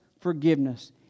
forgiveness